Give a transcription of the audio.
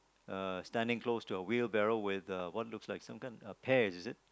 uh standing close to a wheelbarrow with a one looks like a sometime pear is it